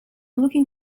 looking